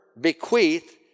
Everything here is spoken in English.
bequeath